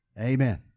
Amen